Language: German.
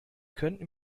können